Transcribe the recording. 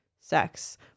sex